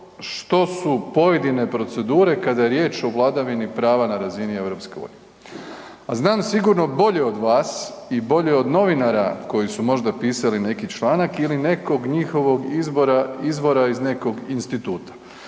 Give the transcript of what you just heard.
što su pojedine procedure kada je riječ o vladavini prava na razini EU. A znam sigurno bolje od vas i bolje od novinara koji su možda pisali neki članak ili nekog njihovog izvora iz nekog instituta.